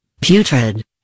putrid